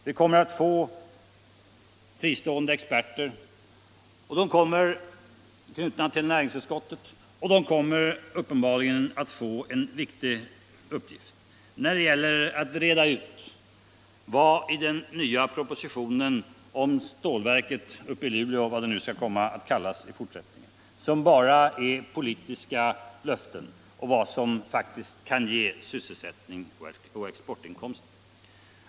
Vi kommer att få fristående experter knutna till näringsutskottet, och de kommer uppenbarligen att få en mycket viktig uppgift när det gäller att reda ut vad i den nya propositionen om stålverket uppe i Luleå — vad det skall komma att kallas i fortsättningen — som bara är politiska löften och vad som kan ge sysselsättning och exportinkomster.